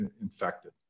infected